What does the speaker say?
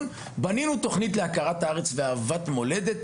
עד שבנינו את התוכנית להכרת הארץ ולאהבת המולדת,